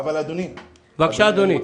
בבקשה, אדוני.